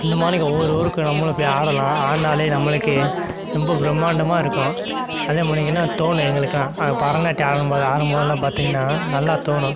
இந்த மாரிக்கு ஒவ்வொரு ஊருக்கும் நம்மளும் போய் ஆடலாம் ஆடினாலே நம்மளுக்கு ரொம்ப பிரமாண்டமாக இருக்கும் அது மாரிக்கெல்லாம் தோணும் எங்களுக்கெல்லாம் பரதநாட்டியம் ஆடும்போது ஆடும்போதெல்லாம் பார்த்தீங்கன்னா நல்லா தோணும்